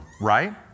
right